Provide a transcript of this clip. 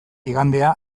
igandea